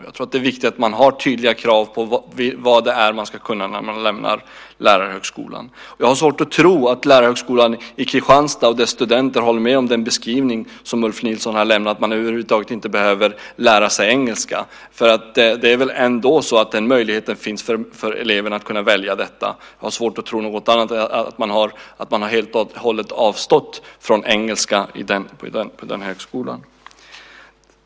Jag tror att det viktigt att det finns tydliga krav på vad det är man ska kunna när man lämnar lärarhögskolan. Jag har svårt att tro att lärarhögskolan i Kristianstad och dess studenter instämmer i den beskrivning som Ulf Nilsson har lämnat, att man över huvud taget inte behöver lära sig engelska. Den möjligheten finns väl ändå för eleverna att välja detta. Jag har svårt att tro att man helt och hållet har avstått från ämnet engelska på den högskolan.